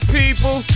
people